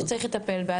שצריך לטפל בה,